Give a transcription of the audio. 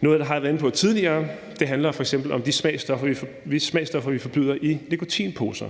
Noget af det har jeg været inde på tidligere. Det handler f.eks. om de smagsstoffer i nikotinposer,